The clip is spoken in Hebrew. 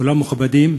כולם מכובדים,